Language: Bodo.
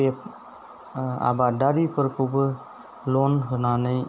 बे आबादारिफोरखौबो लन होनानै